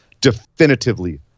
definitively